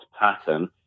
pattern